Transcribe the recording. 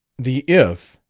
the if,